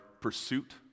pursuit